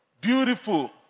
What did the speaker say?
beautiful